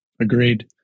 Agreed